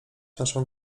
naszą